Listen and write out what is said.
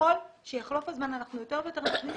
ככל שיחלוף הזמן אנחנו יותר ויותר נכניס